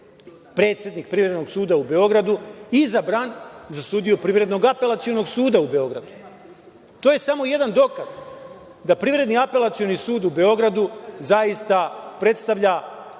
predsednik Privrednog suda u Beogradu izabran za sudiju Privrednog apelacionog suda u Beogradu. To je samo jedan dokaz da Privredni apelacioni sud u Beogradu predstavlja